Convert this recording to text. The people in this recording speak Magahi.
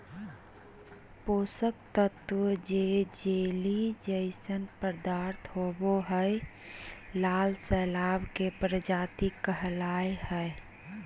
पोषक तत्त्व जे जेली जइसन पदार्थ होबो हइ, लाल शैवाल के प्रजाति कहला हइ,